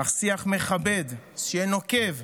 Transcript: אך שיח מכבד, שיהיה נוקב,